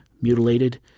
mutilated